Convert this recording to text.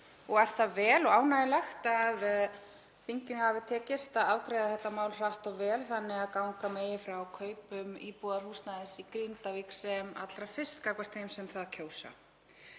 og er það vel og ánægjulegt að þinginu hafi tekist að afgreiða þetta mál hratt og vel þannig að ganga megi frá kaupum íbúðarhúsnæðis í Grindavík sem allra fyrst gagnvart þeim sem það kjósa.